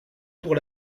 pour